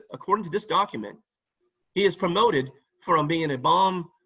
according to this document, he is promoted from being a bomb